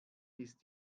ist